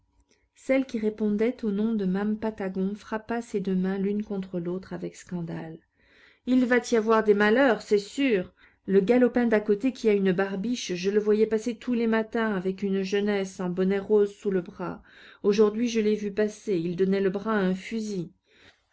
celle qui répondait au nom de mame patagon frappa ses deux mains l'une contre l'autre avec scandale il va y avoir des malheurs c'est sûr le galopin d'à côté qui a une barbiche je le voyais passer tous les matins avec une jeunesse en bonnet rose sous le bras aujourd'hui je l'ai vu passer il donnait le bras à un fusil